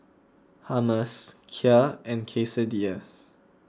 Hummus Kheer and Quesadillas